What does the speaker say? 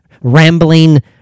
rambling